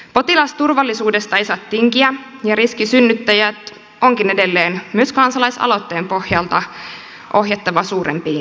potilasturvallisuudesta ei saa tinkiä ja riskisynnyttäjät onkin edelleen myös kansalaisaloitteen pohjalta ohjattava suurempiin sairaaloihin